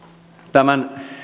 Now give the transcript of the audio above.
tämän